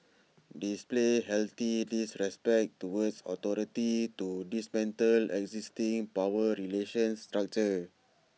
display healthy disrespect towards authority to dismantle existing power relations structure